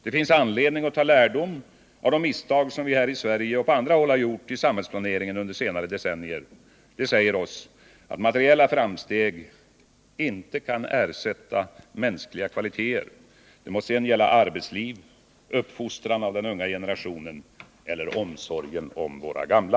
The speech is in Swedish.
Det finns anledning att ta lärdom av de misstag som vi här i Sverige och på andra håll gjort i samhällsplaneringen under senare decennier. De säger oss att materiella framsteg inte kan ersätta mänskliga kvaliteter — det må sedan gälla arbetsliv, uppfostran av den unga generationen eller omsorgen om våra gamla.